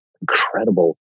incredible